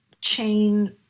chain